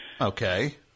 Okay